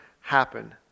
happen